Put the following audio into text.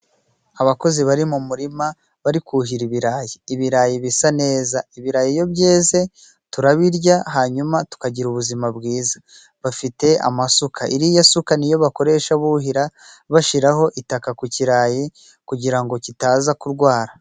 Abakozi bari mu murima bari kuhira ibirayi, ibirayi bisa neza. Ibirayi iyo byeze turabirya hanyuma tukagira ubuzima bwiza, bafite amasuka. Iriya suka niyo bakoresha buhira bashiraho itaka ku kirayi kugira ngo kitaza kurwara.